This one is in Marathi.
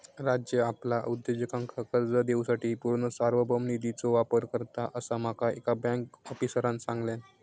राज्य आपल्या उद्योजकांका कर्ज देवूसाठी पूर्ण सार्वभौम निधीचो वापर करता, असा माका एका बँक आफीसरांन सांगल्यान